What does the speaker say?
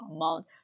amount